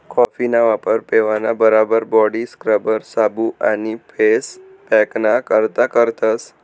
कॉफीना वापर पेवाना बराबर बॉडी स्क्रबर, साबू आणि फेस पॅकना करता करतस